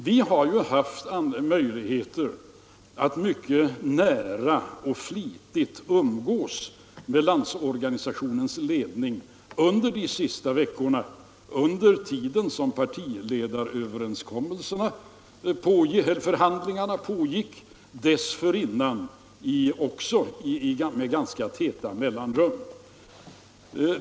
Vi har haft möjligheter att mycket nära och flitigt umgås med Landsorganisationens ledning under de senaste veckorna - även under den tid då partiledarförhandlingarna pågick. Också dessförinnan träffades vi med ganska täta mellanrum.